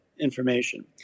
information